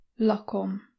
lakom